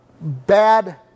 bad